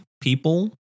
people